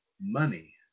money